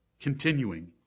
Continuing